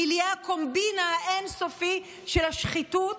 מיליה הקומבינה האין-סופי של השחיתות,